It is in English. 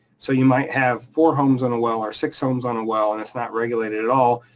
so you might have four homes on a well or six homes on a well, and it's not regulated at all,